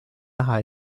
näha